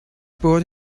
brought